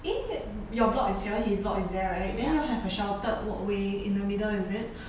!ee! your block is here his block is there right then you all have a sheltered walkway in the middle is it